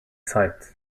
site